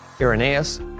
Irenaeus